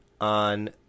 on